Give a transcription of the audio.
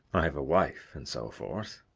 i have a wife, and so forth.